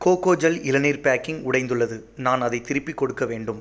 கோகோஜல் இளநீர் பேக்கிங் உடைந்துள்ளது நான் அதைத் திருப்பிக் கொடுக்க வேண்டும்